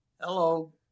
Hello